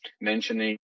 mentioning